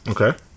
Okay